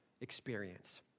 experience